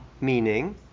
meaning